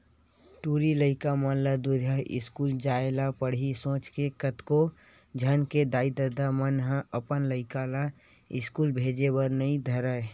टूरी लइका मन ला दूरिहा इस्कूल जाय ल पड़ही सोच के कतको झन के दाई ददा मन ह अपन लइका ला इस्कूल भेजे बर नइ धरय